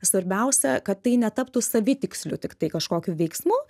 svarbiausia kad tai netaptų savitiksliu tiktai kažkokiu veiksmu